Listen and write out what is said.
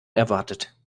erwartet